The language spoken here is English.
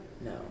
No